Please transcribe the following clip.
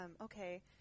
okay